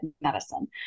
medicine